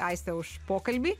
aiste už pokalbį